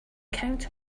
count